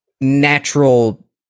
natural